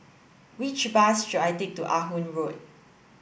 which bus should I take to Ah Hood Road